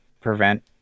prevent